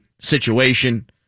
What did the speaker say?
situation